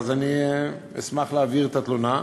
אני אשמח להעביר את התלונה.